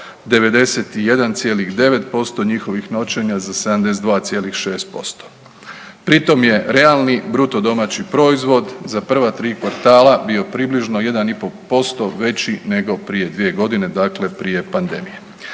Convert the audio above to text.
91,9% njihovih noćenja za 72,6%. Pri tom je realni BDP za prva tri kvartala bio približno 1,5% veći nego prije dvije godine dakle prije pandemije.